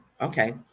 Okay